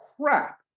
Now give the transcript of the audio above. crap